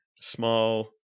small